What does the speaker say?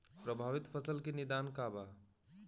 प्रभावित फसल के निदान का बा?